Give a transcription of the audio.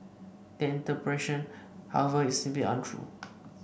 that interpretation however is simply untrue